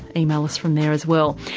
emails for there as well.